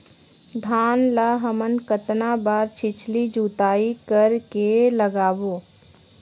धान ला हमन कतना बार छिछली जोताई कर के लगाबो?